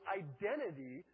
identity